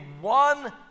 one